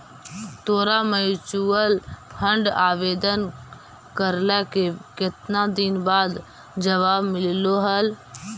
तोरा mutual fund आवेदन करला के केतना दिन बाद जवाब मिललो हल?